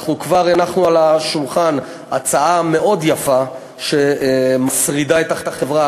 אנחנו כבר הנחנו על השולחן הצעה מאוד יפה שמשרידה את החברה,